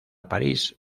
parís